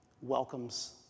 welcomes